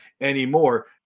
anymore